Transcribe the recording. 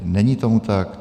Není tomu tak.